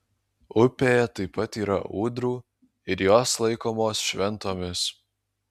upėje taip pat yra ūdrų ir jos laikomos šventomis